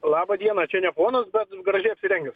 laba diena čia ne ponas bet gražiai apsirengęs